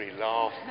laugh